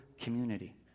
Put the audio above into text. community